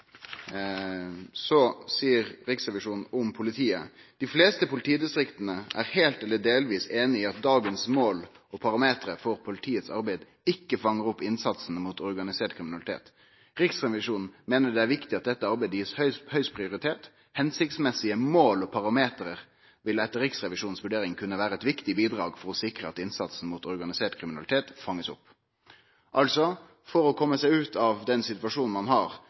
Riksrevisjonen om politiet: «De fleste politidistriktene er helt eller delvis enige i at dagens mål og parametere for politiets arbeid ikke fanger opp innsatsen mot organisert kriminalitet. Riksrevisjonen mener det er viktig at dette arbeidet gis høy prioritet. Hensiktsmessige mål og parametere vil etter Riksrevisjonens vurdering kunne være et viktig bidrag for å sikre at innsatsen mot organisert kriminalitet fanges opp.» Altså – for å komme seg ut av den situasjonen ein har